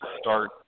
start